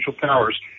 powers